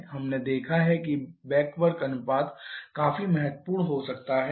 हमने देखा है कि बैक वर्क अनुपात काफी महत्वपूर्ण हो सकता है